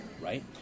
right